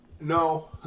No